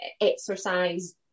exercise